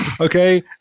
Okay